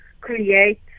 create